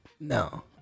No